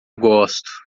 gosto